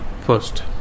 first